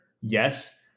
yes